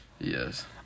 Yes